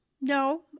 no